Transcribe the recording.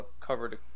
covered